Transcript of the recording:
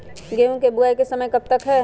गेंहू की बुवाई का समय कब तक है?